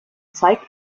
zeigt